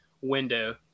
window